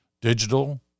digital